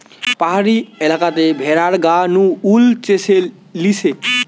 পাহাড়ি এলাকাতে ভেড়ার গা নু উল চেঁছে লিছে